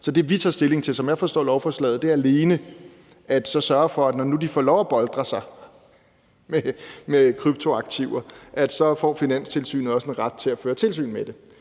Så det, vi tager stilling til, som jeg forstår lovforslaget, er alene at sørge for, at når nu de får lov at boltre sig med kryptoaktiver, får Finanstilsynet også en ret til at føre tilsyn med det